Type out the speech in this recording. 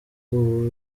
uru